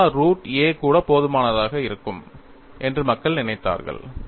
sigma root a கூட போதுமானதாக இருக்கும் என்று மக்கள் நினைத்தார்கள்